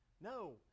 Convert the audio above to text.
No